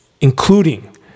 including